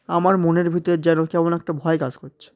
আমার মনের ভিতরে যেন কেমন একটা ভয় কাজ করছে